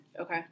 Okay